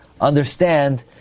understand